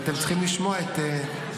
ואתם צריכים לשמוע את עמדותיי.